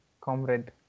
Comrade